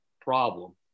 problem